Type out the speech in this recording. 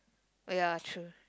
oh ya true